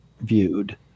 viewed